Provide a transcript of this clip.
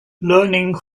learning